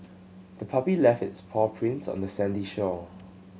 the puppy left its paw prints on the sandy shore